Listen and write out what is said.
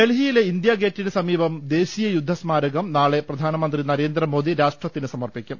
ഡൽഹിയിലെ ഇന്ത്യാഗേറ്റിന് സമീപം ദേശീയ യുദ്ധസ്മാരകം നാളെ പ്രധാനമന്ത്രി നരേന്ദ്രമോദി രാഷ്ട്രത്തിന് സമർപ്പിക്കും